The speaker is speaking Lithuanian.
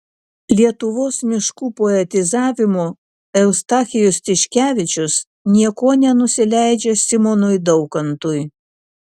lietuvos miškų poetizavimu eustachijus tiškevičius niekuo nenusileidžia simonui daukantui